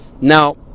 Now